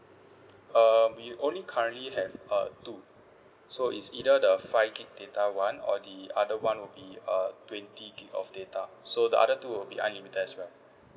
um we only currently have uh two so it's either the five gig data [one] or the other one will be uh twenty gig of data so the other two will be unlimited as well